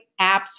apps